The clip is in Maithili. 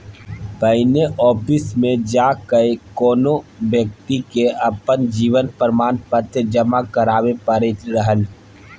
पहिने आफिसमे जा कए कोनो बेकती के अपन जीवन प्रमाण पत्र जमा कराबै परै रहय